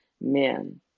men